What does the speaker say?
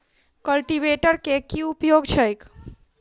Cultivator केँ की उपयोग छैक?